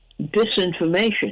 disinformation